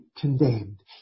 condemned